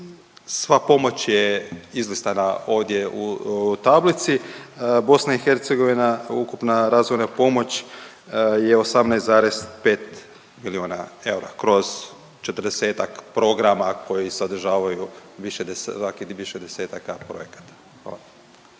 sva pomoć je izlistana ovdje u tablici. BiH ukupna razvojna pomoć je 18,5 milijona eura kroz 40-tak programa koji sadržavaju više desetaka projekata.